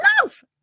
love